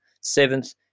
seventh